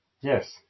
Yes